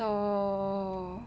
so